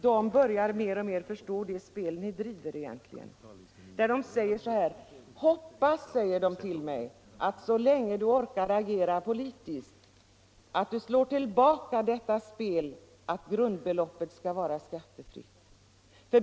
De börjar mer och mer förstå det spel ni driver, och de säger till mig: Hoppas att du, så länge du orkar agera politiskt, slår tillbaka detta spel att grundbeloppet skall vara skattefritt.